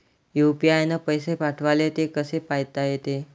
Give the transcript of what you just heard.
UPI न पैसे पाठवले, ते कसे पायता येते?